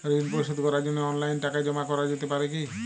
ঋন পরিশোধ করার জন্য অনলাইন টাকা জমা করা যেতে পারে কি?